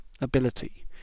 ability